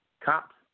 Cops